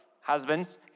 husbands